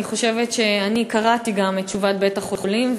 קראתי את תשובת בית-החולים,